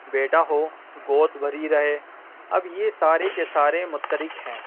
بیٹا ہو گود بھری رہے اب یہ سارے کے سارے مترک ہیں